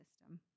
system